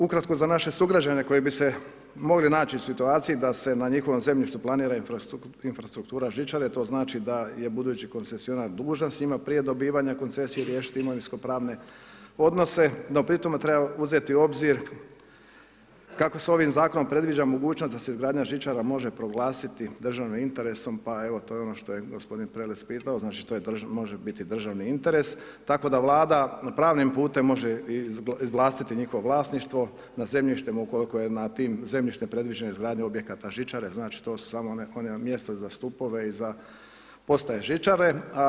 Ukratko za naše sugrađane koji bi se mogli naći u situaciji da se na njihovom zemljištu planira infrastruktura žičare to znači da je budući koncesionar dužan s njima prije dobivanja koncesije riješiti imovinsko-pravne odnose, no pri tome treba uzeti u obzir kako se ovim zakonom predviđa mogućnost da se izgradnja žičara može proglasiti državnim interesom pa to je ono što je gospodin Prelec pitao, znači to može biti državni interes tako da Vlada pravnim putem može izvlastiti njihovo vlasništvo na zemljištima ukoliko je na tim zemljištem predviđena izgradnja objekata žičare, znači to su samo ona mjesta za stupove i za postaje žičare.